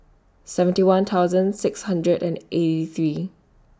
seventy one thousand six hundred and eighty three